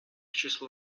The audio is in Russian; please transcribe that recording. числу